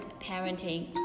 parenting